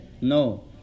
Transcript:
no